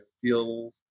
feel